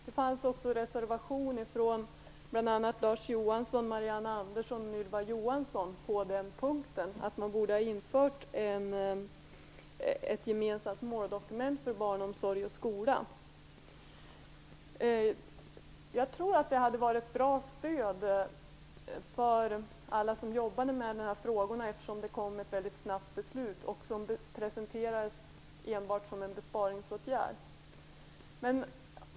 Det fanns också en reservation från bl.a. Larz Johansson, Marianne Andersson och Ylva Johansson om att man borde införa ett gemensamt måldokument för barnomsorg och skola. Jag tror att det hade varit ett bra stöd för alla som jobbade med dessa frågor, eftersom det kom ett väldigt snabbt beslut, som presenterades enbart som en besparingsåtgärd.